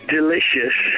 Delicious